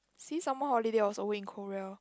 see summer holiday also win in Korea